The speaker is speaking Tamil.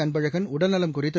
அன்பழகன் உடல்நலம் குறித்து